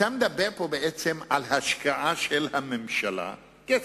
אתה מדבר פה בעצם על השקעה של הממשלה, כסף,